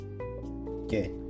okay